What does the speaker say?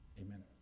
amen